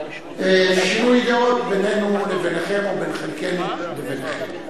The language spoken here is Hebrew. שינויי דעות בינינו לביניכם או בין חלקנו לביניכם.